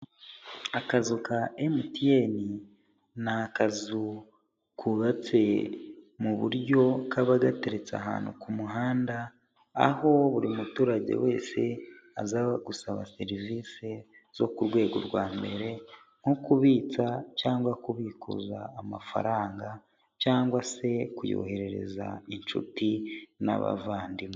Akazu ka MTN, ni akazu kubatse mu buryo kaba gateretse ahantu ku muhanda, aho buri muturage wese aza gusaba serivisi zo ku rwego rwa mbere, nko kubitsa cyangwa kubikuza amafaranga, cyangwa se kuyoherereza inshuti n'abavandimwe.